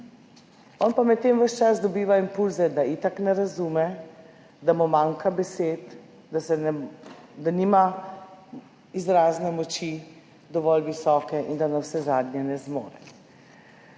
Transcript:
On pa medtem ves čas dobiva impulze, da itak ne razume, da mu manjka besed, da nima dovolj visoke izrazne moči in da navsezadnje ne zmore.